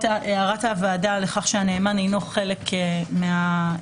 הערת הוועדה על כך שהנאמן אינו חלק מהפורום.